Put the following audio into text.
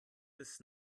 bis